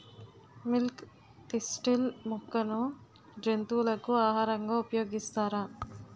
Milk thistle మొక్కను జంతువులకు ఆహారంగా ఉపయోగిస్తారా?